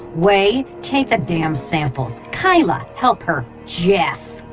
wei take the damn samples. keila, help her. geoff,